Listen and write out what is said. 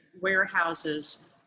warehouses